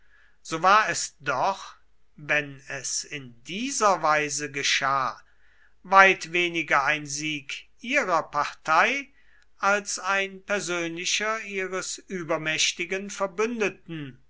so war es doch wenn es in dieser weise geschah weit weniger ein sieg ihrer partei als ein persönlicher ihres übermächtigen verbündeten